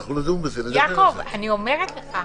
יעקב, אני אומרת לך,